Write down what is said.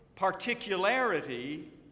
Particularity